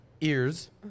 ears